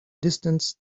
distance